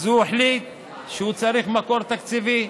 אז הוא החליט שהוא צריך מקור תקציבי.